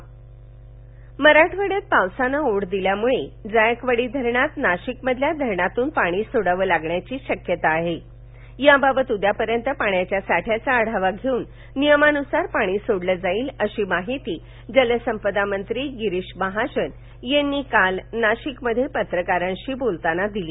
महाजन मराठवाड्यात पावसानं ओढ दिल्यामळे जायकवाडी धरणात नाशिक मधील धरणातन पाणी सोडावं लागण्याची शक्यता आहे याबाबत उद्यापर्यंत पाण्याच्या साठ्याचा आढावा घेऊन नियमानुसार पाणी सोडले जाईल अशी माहिती जलसंपदा मंत्री गिरीश महाजन यांनी काल नाशिकमध्ये पत्रकारांशी बोलताना दिली